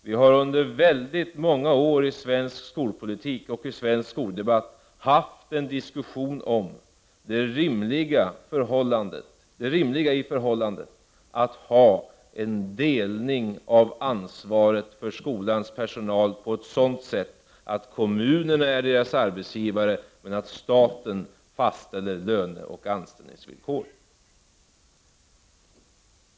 Vi har under väldigt många år i svensk skolpolitik och svensk skoldebatt haft en diskussion om det rimliga i förhållandet att ha en sådan delning av ansvaret för skolans personal att det är kommunerna som är arbetsgivare men att det är staten som fastställer löner och anställningsvillkor.